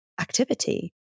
activity